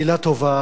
מלה טובה